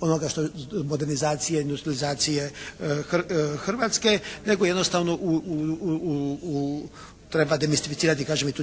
onoga što, modernizacije, industrijalizacije Hrvatske, nego jednostavno treba demistificirati kažem i tu